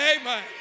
Amen